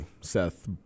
Seth